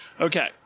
Okay